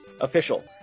official